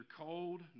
cold